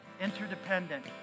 interdependent